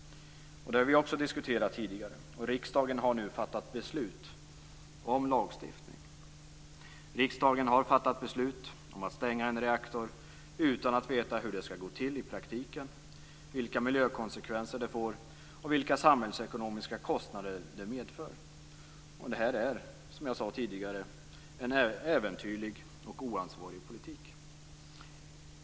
Det har vi också diskuterat tidigare. Riksdagen har nu fattat beslut om lagstiftning. Riksdagen har fattat beslut om att stänga en reaktor utan att veta hur det skall gå till i praktiken, vilka miljökonsekvenser det får och vilka samhällsekonomiska kostnader det medför. Detta är en äventyrlig och oansvarig politik.